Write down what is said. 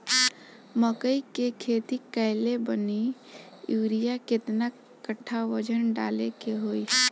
मकई के खेती कैले बनी यूरिया केतना कट्ठावजन डाले के होई?